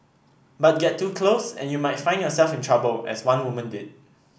but get too close and you might find yourself in trouble as one woman did